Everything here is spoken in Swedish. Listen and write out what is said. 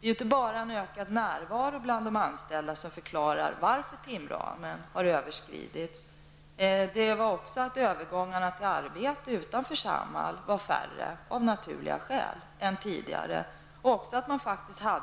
Det är inte bara en ökad närvaro bland de anställda som förklarar varför timramen har överskridits. Det beror också på att övergångarna till arbete utanför Samhall av naturliga skäl har blivit färre än tidigare. Det har också